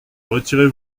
retirez